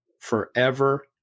forever